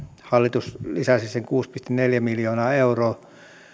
hallitus lisäsi sen kuusi pilkku neljä miljoonaa euroa